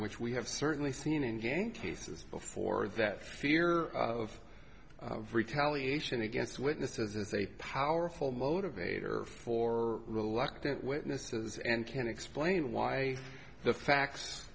which we have certainly seen in game cases before that fear of retaliation against witnesses is a powerful motivator for reluctant witnesses and can explain why the facts